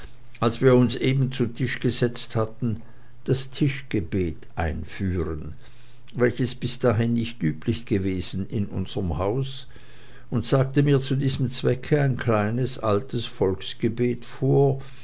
als wir uns eben zu tische gesetzt hatten das tischgebet einführen welches bis dahin nicht üblich gewesen in unserm hause und sagte mir zu diesem zwecke ein kleines altes volksgebet vor